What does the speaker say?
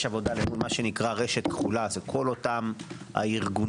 יש עבודה שנקראת רשת כחולה כל אותם הארגונים